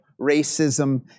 racism